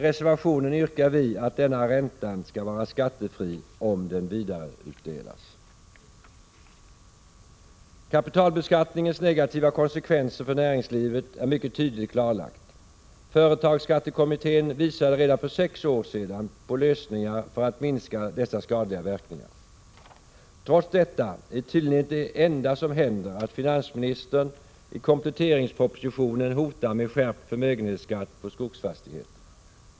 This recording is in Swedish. I reservationen yrkar vi att denna ränta skall vara skattefri om den vidareutdelas. Kapitalbeskattningens negativa konsekvenser för näringslivet är mycket tydligt klarlagda. Företagsskattekommittén visade redan för sex år sedan på lösningar för att minska dessa skadliga verkningar. Trots detta är tydligen det enda som händer att finansministern i kompletteringspropositionen hotar med skärpt förmögenhetsskatt på skogsfastigheter.